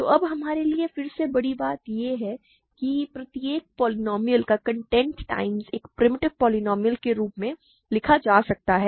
तो अब हमारे लिए फिर से बड़ी बात यह है कि प्रत्येक पोलीनोमिअल को कंटेंट टाइम्स एक प्रिमिटिव पोलीनोमिअल के रूप में लिखा जा सकता है